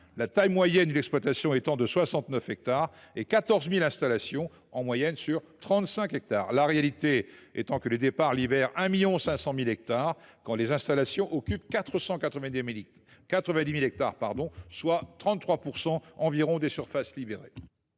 la taille moyenne d’exploitation étant de 69 hectares, et 14 000 installations, en moyenne sur 35 hectares. Ainsi, les départs libèrent 1,5 million d’hectares, quand les installations occupent 490 000 hectares, soit 33 % environ des surfaces libérées.